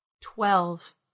Twelve